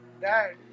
dad